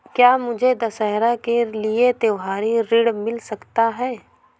क्या मुझे दशहरा के लिए त्योहारी ऋण मिल सकता है?